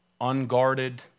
unguarded